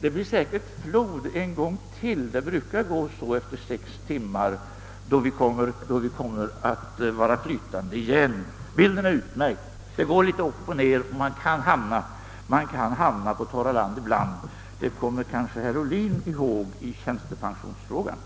det blir säkert flod en gång till — det brukar det bli efter sex timmar — och då kommer vi att flyta igen. Men bilden var utmärkt. Det går litet upp och ned, och man kan hamna på torra land ibland. Det kommer herr Ohlin kanske från tjänstepensionsfrågan ...